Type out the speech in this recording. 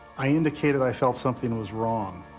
i indicated i felt something was wrong.